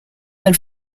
del